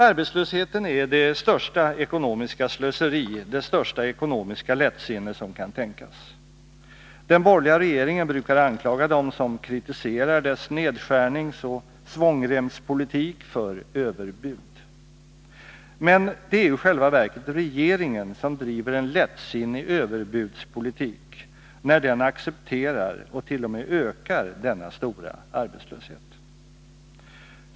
Arbetslösheten är det största ekonomiska slöseri, det största ekonomiska lättsinne som kan tänkas. Den borgerliga regeringen brukar anklaga dem som kritiserar dess nedskärningsoch svångremspolitik för överbud. Men det är ju i själva verket regeringen som driver en lättsinnig överbudspolitik, när den accepterar och t.o.m. ökar denna stora arbetslöshet.